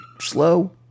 slow